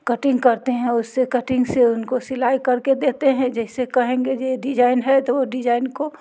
cutting करते हैं उसे कटिंग से उनको सिलाई कर के देते हैं जैसे कहेंगे ये डिजाइन है तो वो डिजाइन को